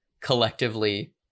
collectively